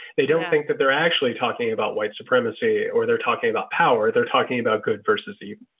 they don't think that they're actually talking about white supremacy or they're talking about power. they're talking about good versus evil